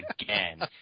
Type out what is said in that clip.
again